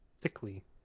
thickly